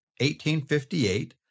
1858